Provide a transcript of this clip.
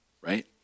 right